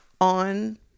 on